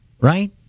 right